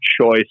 choice